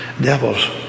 Devils